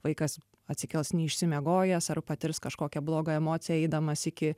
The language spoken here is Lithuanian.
vaikas atsikels neišsimiegojęs ar patirs kažkokią blogą emociją eidamas iki